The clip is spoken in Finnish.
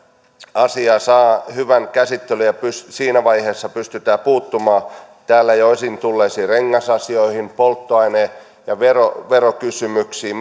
asia saa valiokuntakäsittelyssä hyvän käsittelyn ja siinä vaiheessa pystytään puuttumaan täällä jo esiin tulleisiin rengasasioihin polttoaine ja verokysymyksiin